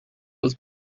was